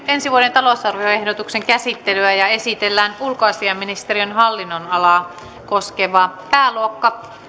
ensi vuoden talousarvioehdotuksen käsittelyä ja esitellään ulkoasiainministeriön hallinnonalaa koskeva pääluokka